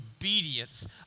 obedience